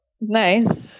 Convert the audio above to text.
Nice